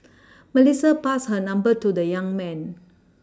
Melissa passed her number to the young man